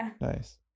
Nice